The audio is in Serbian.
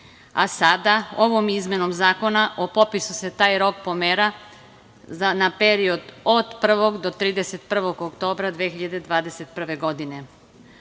a sada ovom izmenom Zakona o popisu se taj rok pomera na period od 1. do 31. oktobra 2021. godine.